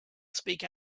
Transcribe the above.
speak